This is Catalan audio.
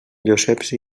joseps